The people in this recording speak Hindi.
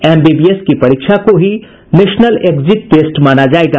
एमबीबीएस की परीक्षा को ही नेशनल एक्जिट टेस्ट माना जायेगा